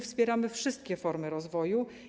Wspieramy wszystkie formy rozwoju.